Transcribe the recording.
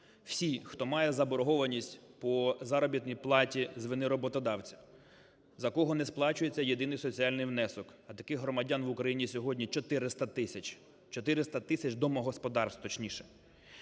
Всі, хто має заборгованість по заробітній платі з вини роботодавця, за кого не сплачується єдиний соціальний внесок, а таких громадян в Україні сьогодні 400 тисяч, 400 тисяч домогосподарств, точніше,